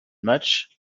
matchs